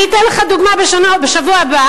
אני אתן לך דוגמה, בשבוע הבא